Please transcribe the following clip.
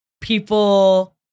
people